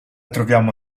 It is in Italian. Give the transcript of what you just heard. troviamo